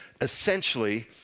essentially